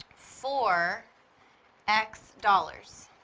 for x dollars.